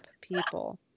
people